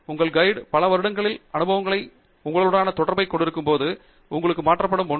உங்கள் கைடு பல வருடங்களில் அனுபவங்கள் உங்களுடனான தொடர்பைக் கொண்டிருக்கும்போது உங்களுக்கு மாற்றப்படும் ஒன்று